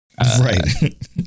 Right